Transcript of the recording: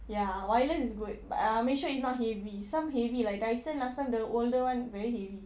ya wireless is good but ah make sure it's not heavy some heavy like Dyson last time the older one very heavy